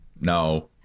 No